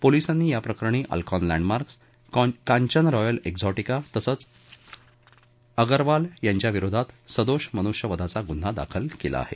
पोलिसांनी याप्रकरणी Alcon Landmarks Kanchan Royal Exotica तसंच अटक अगरवाल यांच्याविरोधात सदोष मन्ष्यवधाचा ग्न्हा दाखल केला आहे